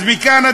אז מכאן,